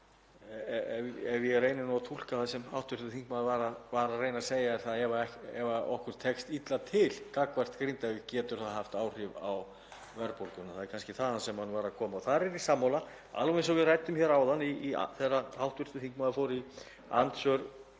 ef ég reyni að túlka það sem hv. þingmaður var að reyna að segja; ef okkur tekst illa til gagnvart Grindavík getur það haft áhrif á verðbólguna. Það er kannski þaðan sem hann var að koma. Þar erum við sammála alveg eins og við ræddum hér áðan þegar hv. þingmaður fór í andsvör